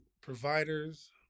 providers